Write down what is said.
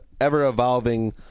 ever-evolving